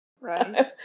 Right